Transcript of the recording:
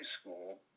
school